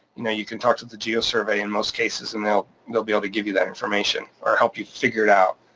you know you can talk to the geo survey in most cases, and they'll be able to give you that information or help you figure it out.